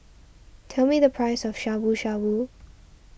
tell me the price of Shabu Shabu